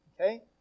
Okay